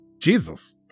Jesus